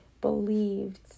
believed